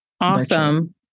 Awesome